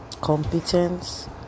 competence